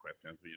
questions